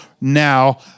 now